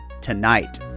Tonight